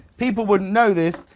people wouldn't know this,